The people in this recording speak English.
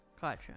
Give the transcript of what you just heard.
gotcha